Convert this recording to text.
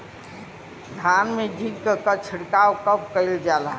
धान में जिंक क छिड़काव कब कइल जाला?